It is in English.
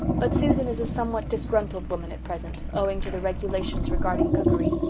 but susan is a somewhat disgruntled woman at present, owing to the regulations regarding cookery.